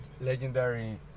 legendary